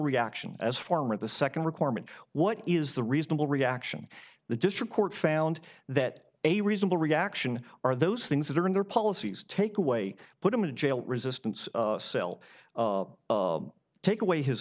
reaction as former the second requirement what is the reasonable reaction the district court found that a reasonable reaction are those things that are in their policies take away put him in jail resistance cell take away his